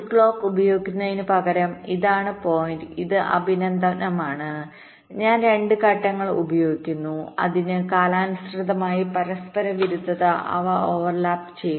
ഒരു ക്ലോക്ക് ഉപയോഗിക്കുന്നതിനുപകരം ഇതാണ് പോയിന്റ് ഇത് അഭിനന്ദനമാണ് ഞാൻ രണ്ട് ഘട്ടങ്ങൾ ഉപയോഗിക്കുന്നു അതായത് കാലാനുസൃതമായി പരസ്പരവിരുദ്ധത അവ ഓവർലാപ്പ് ചെയ്യുന്നില്ല